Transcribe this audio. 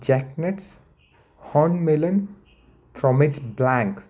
jack nuts horned melon fromage blanc